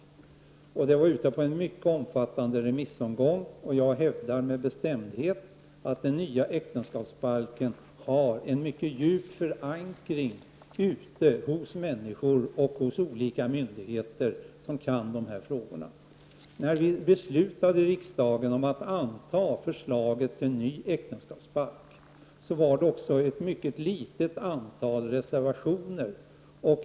Utredningen var ute på en mycket omfattande remissomgång, och jag hävdar med bestämdhet att den nya äktenskapsbalken har en mycket djup förankring hos människor och hos olika myndigheter som kan dessa frågor. När vi i riksdagen beslutade om att anta förslaget till ny äktenskapsbalk, var det också ett mycket litet antal reservationer.